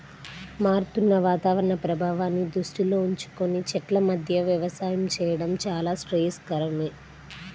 మారుతున్న వాతావరణ ప్రభావాన్ని దృష్టిలో ఉంచుకొని చెట్ల మధ్య వ్యవసాయం చేయడం చాలా శ్రేయస్కరమే